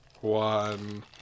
one